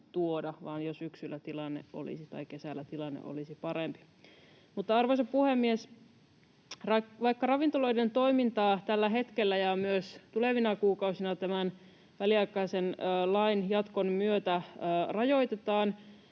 vaan että jo kesällä tilanne olisi parempi. Mutta, arvoisa puhemies, vaikka ravintoloiden toimintaa tällä hetkellä ja myös tulevina kuukausina tämän väliaikaisen lain jatkon myötä rajoitetaan,